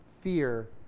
fear